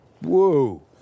Whoa